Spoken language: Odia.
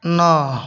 ନଅ